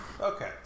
Okay